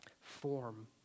form